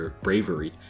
bravery